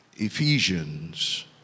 Ephesians